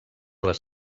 les